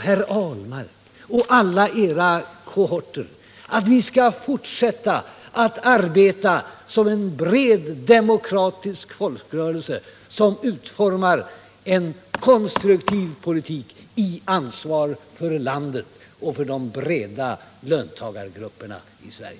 herr Ahlmark och alla era kohorter att vi skall fortsätta att arbeta såsom en bred demokratisk folkrörelse, som utformar en konstruktiv politik under ansvar för landet och för de breda löntagargrupperna i Sverige.